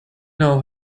now